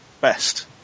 best